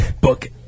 book